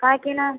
କାହିଁକି ନା